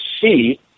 see